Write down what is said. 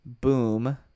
Boom